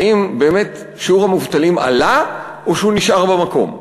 האם באמת שיעור המובטלים עלה, או שהוא נשאר במקום.